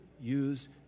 use